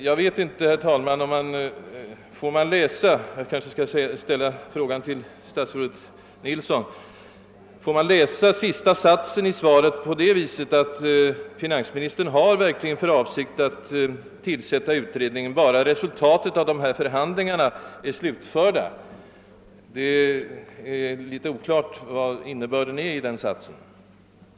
Jag undrar, herr talman — jag kanske får ställa frågan till statsrådet Nilsson — om man får tolka sista satsen i svaret på det viset, att finansministern verkligen har för avsikt att tillsätta utredningen, bara förhandlingarna är slutförda och resultatet blir känt. Satsens innebörd är nämligen litet oklar.